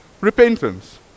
repentance